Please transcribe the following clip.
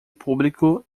público